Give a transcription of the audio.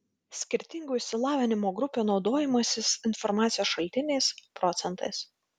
skirtingų išsilavinimo grupių naudojimasis informacijos šaltiniais procentais